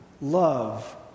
Love